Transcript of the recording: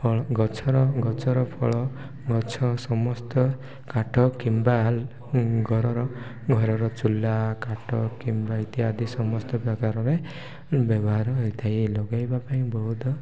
ଫଳ ଗଛର ଗଛର ଫଳ ଗଛ ସମସ୍ତ କାଠ କିମ୍ବା ଘରର ଘରର ଚୁଲା କାଠ କିମ୍ବା ଇତ୍ୟାଦି ସମସ୍ତ ପ୍ରକାରରେ ବ୍ୟବହାର ହୋଇଥାଏ ଲଗାଇବା ପାଇଁ ବହୁତ